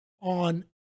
on